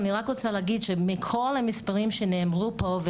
אני רק רוצה להגיד שמכל המספרים שנאמרו פה,